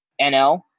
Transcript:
NL